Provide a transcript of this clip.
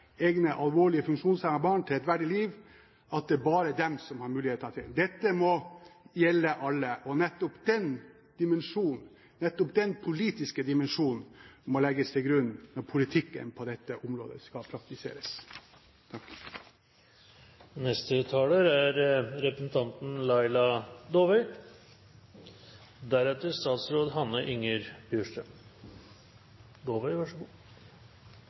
egne alvorlig funksjonshemmede barn til et verdig liv. Dette må gjelde alle, og nettopp denne politiske dimensjonen må legges til grunn når politikken på dette området skal praktiseres. Det er